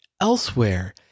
elsewhere